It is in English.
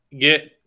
get